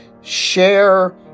Share